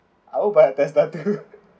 I will buy a Tesla too